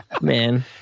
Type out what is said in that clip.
Man